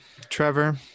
Trevor